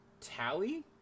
Tally